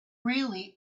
really